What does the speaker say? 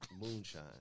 Moonshine